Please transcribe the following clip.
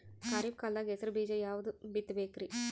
ಖರೀಪ್ ಕಾಲದಾಗ ಹೆಸರು ಬೀಜ ಯಾವದು ಬಿತ್ ಬೇಕರಿ?